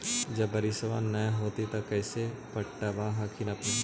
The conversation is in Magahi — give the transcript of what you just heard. जब बारिसबा नय होब है तो कैसे पटब हखिन अपने?